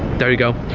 there you go.